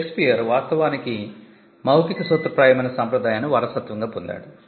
Shakespeare వాస్తవానికి మౌఖిక సూత్రప్రాయమైన సంప్రదాయాన్ని వారసత్వంగా పొందాడు